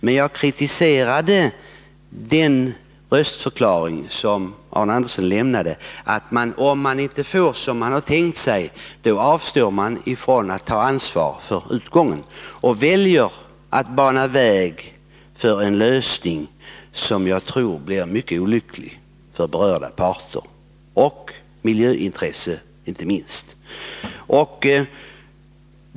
Men jag kritiserade den röstförklaring som Arne Andersson lämnade —-att ni, om ni inte får som ni har tänkt er, avstår från att ta ansvar för utgången och väljer att bana väg för en lösning som jag tror blir mycket olycklig för berörda parter och inte minst för miljöintresset.